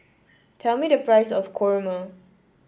tell me the price of kurma